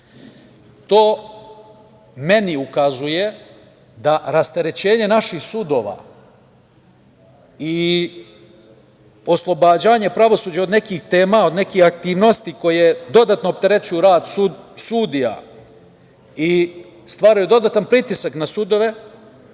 4.To meni ukazuje da rasterećenje naših sudova i oslobađanje pravosuđa od nekih tema, od nekih aktivnosti koje dodatno opterećuju rad sudija i stvaraju dodatan pritisak na sudove,